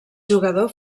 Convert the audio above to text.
jugador